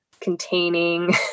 containing